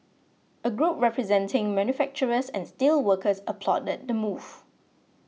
a group representing manufacturers and steelworkers applauded the move